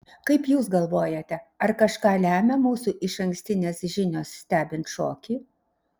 kaip jūs galvojate ar kažką lemia mūsų išankstinės žinios stebint šokį